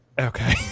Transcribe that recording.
Okay